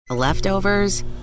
Leftovers